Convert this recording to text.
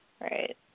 right